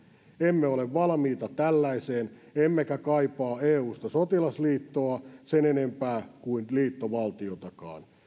emme ole valmiita tällaiseen emmekä kaipaa eusta sotilasliittoa sen enempää kuin liittovaltiotakaan